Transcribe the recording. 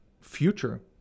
future